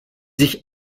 sich